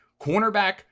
cornerback